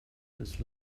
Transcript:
this